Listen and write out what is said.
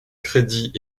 crédit